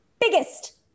biggest